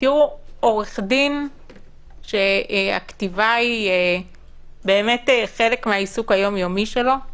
עורך דין שהכתיבה היא חלק מהעיסוק היום-יומי שלו,